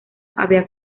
habían